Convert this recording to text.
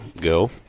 go